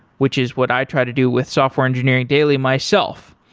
which is what i try to do with software engineering daily myself.